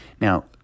Now